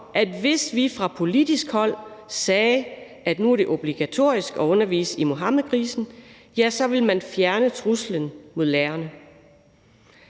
at hvis vi fra politisk hold sagde, at nu er det obligatorisk at undervise i Muhammedkrisen, ville man fjerne truslen mod lærerne.